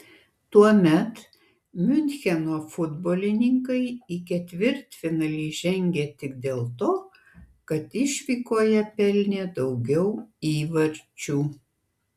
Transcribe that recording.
tuomet miuncheno futbolininkai į ketvirtfinalį žengė tik dėl to kad išvykoje pelnė daugiau įvarčių